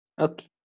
Okay